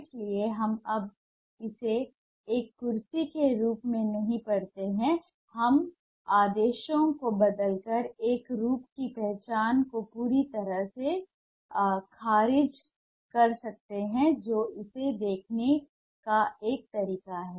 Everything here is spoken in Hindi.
इसलिए हम अब इसे एक कुर्सी के रूप में नहीं पढ़ते हैं हम आदेशों को बदलकर एक रूप की पहचान को पूरी तरह से खारिज कर सकते हैं जो इसे देखने का एक तरीका है